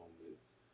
moments